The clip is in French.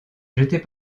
jeter